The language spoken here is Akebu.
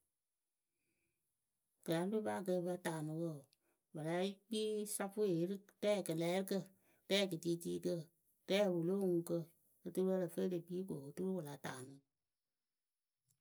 kaŋdoba kǝ pe taanɨ wǝǝ pɨ lée kpii safweye rɩ rɛ kɨlɛɛrɩkǝ rɛɛ kɨtiitiikǝ rɛ wɨ lo oŋuŋkǝ oturu ǝ lǝ fɨ e le kpii ko oturu wɨ la taanɨ.